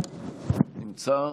נמצא?